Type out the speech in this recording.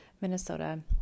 Minnesota